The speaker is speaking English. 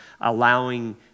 allowing